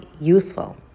youthful